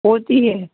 होती है